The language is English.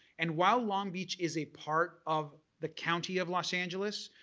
and while long beach is a part of the county of los angeles,